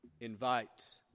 Invite